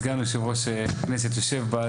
שסגן יושב-ראש הכנסת יושב,